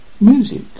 Music